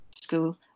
school